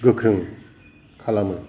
गोख्रों खालामो